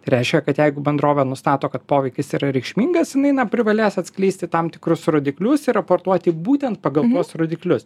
tai reiškia kad jeigu bendrovė nustato kad poveikis yra reikšmingas jinai na privalės atskleisti tam tikrus rodiklius ir raportuoti būtent pagal tuos rodiklius